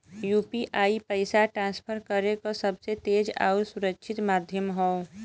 UPI पइसा transfer करे क सबसे तेज आउर सुरक्षित माध्यम हौ